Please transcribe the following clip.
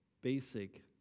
Basic